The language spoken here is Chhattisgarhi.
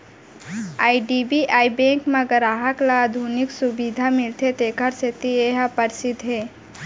आई.डी.बी.आई बेंक म गराहक ल आधुनिक सुबिधा मिलथे तेखर सेती ए ह परसिद्ध हे